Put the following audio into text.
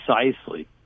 precisely